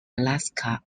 alaska